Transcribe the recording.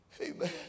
Amen